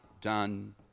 done